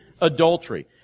Adultery